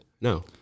No